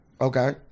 Okay